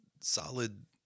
solid